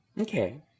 Okay